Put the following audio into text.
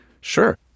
Sure